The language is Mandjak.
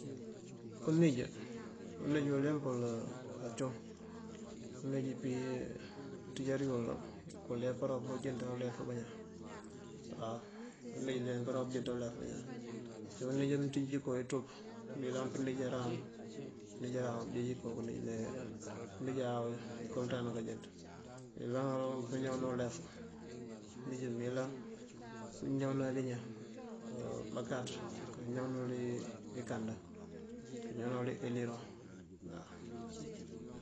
Uníj, uníj uleemp wël acum. Uníj pí ţínjar dí baloŋ uleempará koo unjëënţan ngëëlef bañaan waw. Uníj leemparoon ojëënţan ngëëlef bañaan. Usí mëëntíij iko eţop mëyëlan pëëníjaran këënjeej inko, këëníjáa inko mëënţíyun káanjëënţ. Ayëlan pëëñaw ulef, uníj mëëyëlan pëëñawëná wël iñan. Bákáaţ káñawëná uwul inkandá, pëëñawël iliroŋ uwaw.